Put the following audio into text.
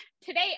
today